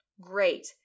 Great